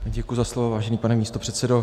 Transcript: Děkuji za slovo, vážený pane místopředsedo.